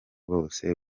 bose